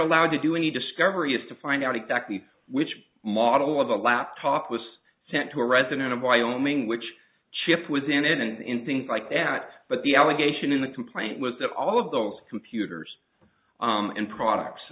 allowed to do any discovery is to find out exactly which model of the laptop was sent to a resident of wyoming which chip was in it and in things like that but the allegation in the complaint was that all of those computers and products